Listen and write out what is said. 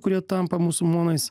kurie tampa musulmonais